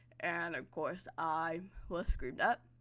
and of course, i was screamed at.